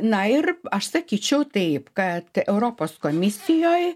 na ir aš sakyčiau taip kad europos komisijoj